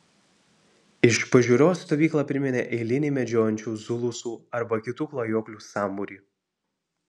iš pažiūros stovykla priminė eilinį medžiojančių zulusų arba kitų klajoklių sambūrį